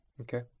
Okay